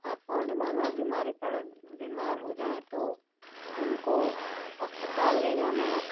हाथ पाँव दबाना बीमारी पड़ बीमार हो जाएँ तो उनको अस्पताल ले जाना